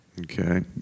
Okay